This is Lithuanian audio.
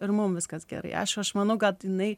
ir mums viskas gerai aš manau kad jinai